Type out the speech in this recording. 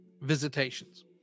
visitations